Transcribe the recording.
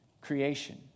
creation